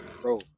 bro